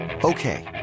Okay